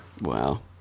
Wow